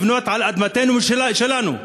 לבנות על אדמתנו שלנו,